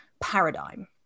paradigm